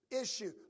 Issue